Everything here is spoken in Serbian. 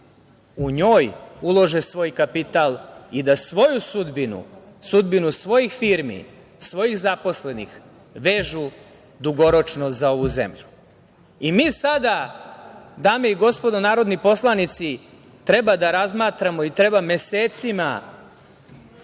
u njoj ulože svoj kapital i da svoju sudbinu, sudbinu svojih firmi, svojih zaposlenih vežu dugoročno za ovu zemlju. Mi sada, dame i gospodo narodni poslanici treba da razmatramo i treba mesecima